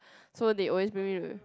so they always bring me to